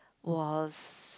was